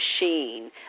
Machine